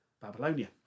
Babylonia